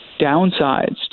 downsides